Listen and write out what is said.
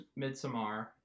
Midsommar